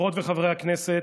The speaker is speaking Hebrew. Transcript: חברות וחברי הכנסת,